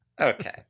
Okay